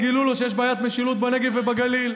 גימטריות גילו לו שיש בעיית משילות בנגב ובגליל.